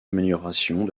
améliorations